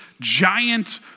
giant